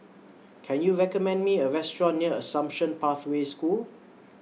Can YOU recommend Me A Restaurant near Assumption Pathway School